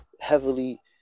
heavily